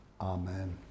amen